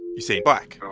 you say black.